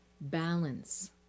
balance